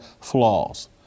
flaws